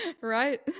Right